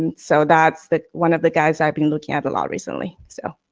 and so, that's the one of the guys i've been looking at a lot recently, so.